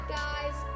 guys